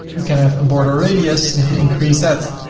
we can have a border radius. and if you increase that,